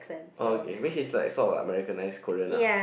oh okay mean its like sort of like Americanize Korean lah